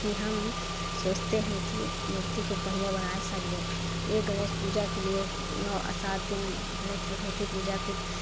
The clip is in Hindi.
कि हम सोचते हैं की मूर्ति को बढ़िया बनाएँ सब लें एक गणेश पूजा के लिए नव सात दिन गणेश चतुर्थी पूजा फिर